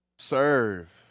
Serve